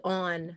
on